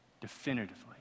definitively